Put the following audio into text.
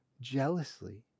jealously